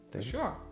Sure